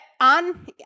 on